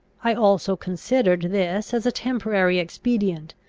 i also considered this as a temporary expedient,